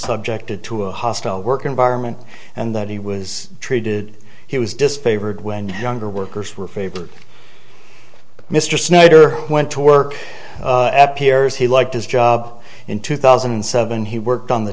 subjected to a hostile work environment and that he was treated he was disfavored when younger workers were afraid mr snyder went to work at piers he liked his job in two thousand and seven he worked on the